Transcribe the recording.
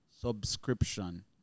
Subscription